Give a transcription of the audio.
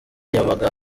yaba